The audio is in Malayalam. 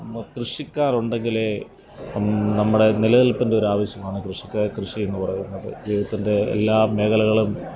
കൃഷിക്കാറുണ്ടെങ്കിലേ നമ്മുടെ നിലനില്പ്പിന്റെ ഒരു ആവശ്യമാണ് കൃഷിക്കാർ കൃഷി എന്ന് പറയുന്നത് ജീവിതത്തിന്റെ എല്ലാ മേഖലകളും